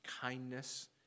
kindness